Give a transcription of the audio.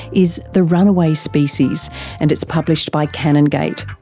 is the runaway species and it's published by canongate.